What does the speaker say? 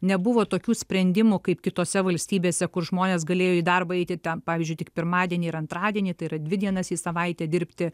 nebuvo tokių sprendimų kaip kitose valstybėse kur žmonės galėjo į darbą eiti ten pavyzdžiui tik pirmadienį ir antradienį tai yra dvi dienas į savaitę dirbti